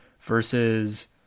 versus